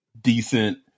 decent